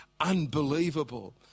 unbelievable